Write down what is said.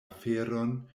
aferon